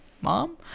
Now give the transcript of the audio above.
mom